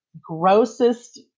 grossest